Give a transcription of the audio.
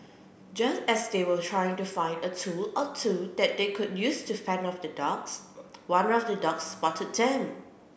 just as they were trying to find a tool or two that they could use to fend off the dogs one of the dogs spotted them